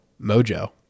mojo